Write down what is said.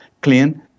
clean